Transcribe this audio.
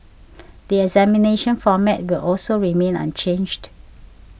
the examination format will also remain unchanged